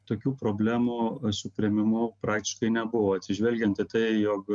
tokių problemų su priėmimu praktiškai nebuvo atsižvelgiant į tai jog